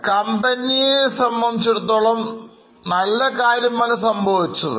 company സംബന്ധിച്ചിടത്തോളം നല്ല കാര്യമല്ല സംഭവിച്ചത്